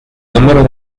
número